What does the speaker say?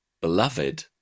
beloved